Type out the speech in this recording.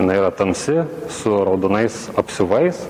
jinai yra tamsi su raudonais apsiuvais